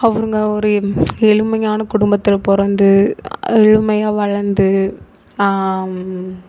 அவங்க ஒரு ஏழ்மையான குடும்பத்தில் பிறந்து ஏழ்மையாக வளர்ந்து